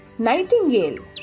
Nightingale